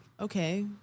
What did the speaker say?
okay